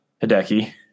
Hideki